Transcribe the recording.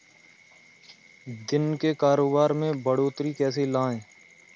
दिन के कारोबार में बढ़ोतरी कैसे लाएं?